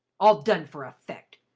all done for effect!